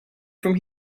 from